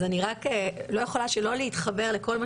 אני רק לא יכולה שלא להתחבר לכל מה